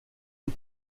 une